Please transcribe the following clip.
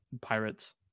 pirates